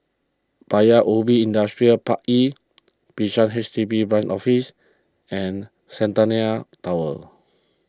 Paya Ubi Industrial Park E Bishan H D B Branch Office and Centennial Tower